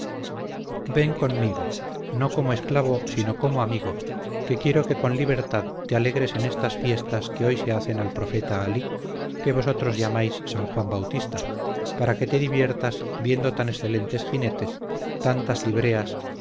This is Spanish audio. ven conmigo no como esclavo sino como amigo que quiero que con libertad te alegres en estas fiestas que hoy se hacen al profeta alí que vosotros llamáis san juan bautista para que te diviertas viendo tan excelentes jinetes tantas libreas